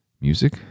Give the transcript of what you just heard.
music